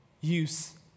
use